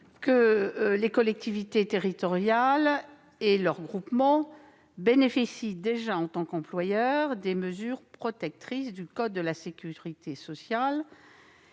les collectivités territoriales et leurs groupements bénéficient déjà, en tant qu'employeurs, des mesures protectrices du code de la sécurité sociale